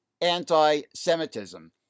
anti-Semitism